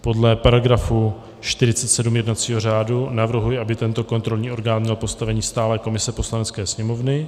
Podle § 47 jednacího řádu navrhuji, aby tento kontrolní orgán měl postavení stálé komise Poslanecké sněmovny.